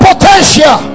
Potential